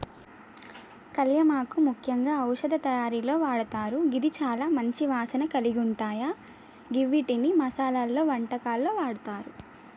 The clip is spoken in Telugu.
కళ్యామాకు ముఖ్యంగా ఔషధ తయారీలో వాడతారు గిది చాల మంచి వాసన కలిగుంటాయ గివ్విటిని మసాలలో, వంటకాల్లో వాడతారు